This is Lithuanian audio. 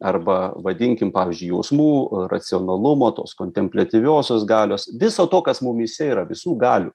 arba vadinkim pavyzdžiui jausmų racionalumo tos kontempliatyviosios galios viso to kas mumyse yra visų galių